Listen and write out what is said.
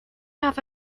have